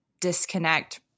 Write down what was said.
disconnect